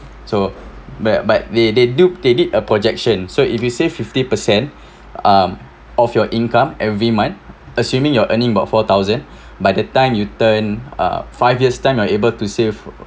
so bu~ but they they do they did a projection so if you save fifty percent um of your income every month assuming you're earning about four thousand by the time you turn uh five years time you're able to save